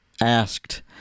asked